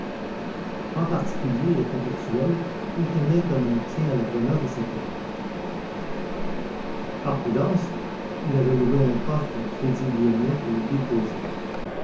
en particulier le comte actuel y tenait comme on tient à la demeure de ses pères par prudence il avait loué un coffre au crédit lyonnais pour l'y déposer